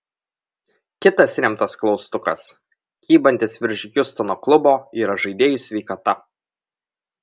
kitas rimtas klaustukas kybantis virš hjustono klubo yra žaidėjų sveikata